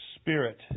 spirit